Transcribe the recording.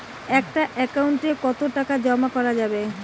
একটা একাউন্ট এ কতো টাকা জমা করা যাবে?